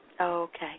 Okay